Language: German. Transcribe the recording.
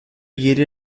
jede